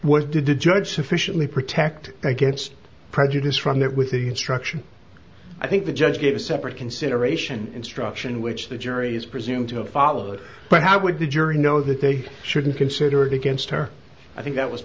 did the judge sufficiently protect against prejudice from that with the instruction i think the judge gave a separate consideration instruction which the jury is presumed to have followed but how would the jury know that they shouldn't consider it against her i think that was